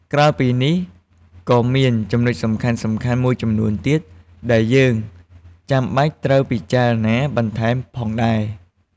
ក្រៅពីនេះ ក៏មានចំណុចសំខាន់ៗមួយចំនួនទៀត ដែលយើងចាំបាច់ត្រូវពិចារណាបន្ថែមផងដែរ។